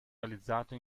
realizzato